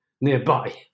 nearby